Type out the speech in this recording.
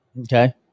Okay